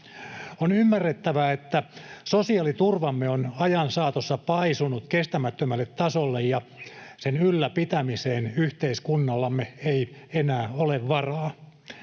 On ymmärrettävää, että sosiaaliturvamme on ajan saatossa paisunut kestämättömälle tasolle ja sen ylläpitämiseen yhteiskunnallamme ei enää ole varaa.